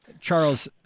Charles